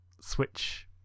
switch